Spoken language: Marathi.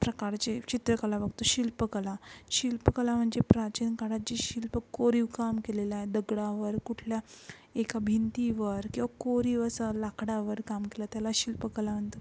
प्रकारचे चित्रकला बघतो शिल्पकला शिल्पकला म्हणजे प्राचीन काळात जी शिल्प कोरीवकाम केलेलं आहे दगडावर कुठल्या एका भिंतीवर किंवा कोरीव अशा लाकडावर काम केलं त्याला शिल्पकलांत